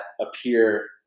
appear